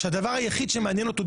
שהדבר היחיד שמעניין אותו,